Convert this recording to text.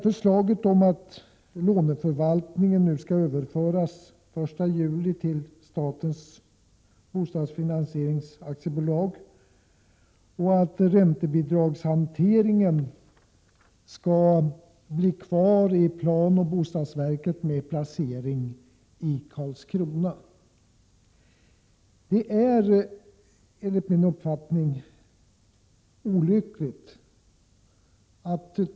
Förslaget att låneförvaltningen den 1 juli skall överföras till Statens Bostadsfinansieringsaktiebolag och att räntebidragshanteringen skall bli kvar vid planoch bostadsverket med placering i Karlskrona är enligt min mening olyckligt.